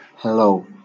Hello